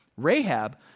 Rahab